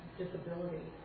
disability